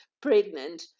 pregnant